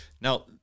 Now